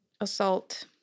assault